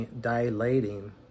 dilating